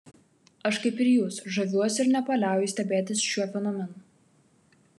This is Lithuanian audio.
aš kaip ir jūs žaviuosi ir nepaliauju stebėtis šiuo fenomenu